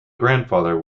grandfather